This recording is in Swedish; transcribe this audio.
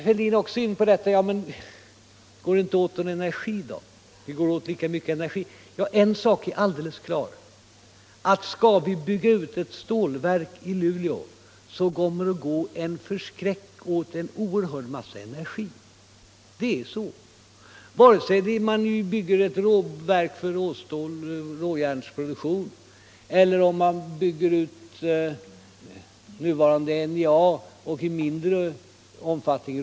Sedan kom herr Fälldin också in på frågan om det skulle gå åt lika mycket energi. En sak är alldeles klar: Skall vi bygga ut ett stålverk i Luleå kommer det att gå åt en oerhörd massa energi. Det är så — vare sig man bygger ett verk för råstålsproduktion eller om man bygger ut nuvarande NJA, i mindre omfattning.